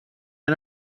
han